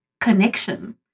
connection